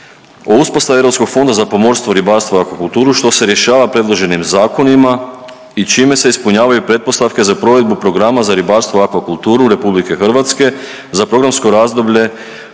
o uspostavi Europskog fonda za pomorstvo, ribarstvo i akvakulturu što se rješava predloženim zakonima i čime se ispunjavaju pretpostavke za provedbu Programa za ribarstvo i akvakulturu RH za programsko razdoblje